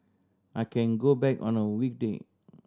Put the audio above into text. I can go back on a weekday